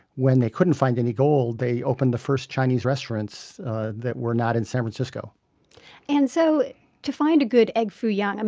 when they couldn't find any gold, they opened the first chinese restaurants that were not in san francisco and so to find a good egg foo young, and